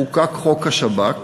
חוקק חוק השב"כ,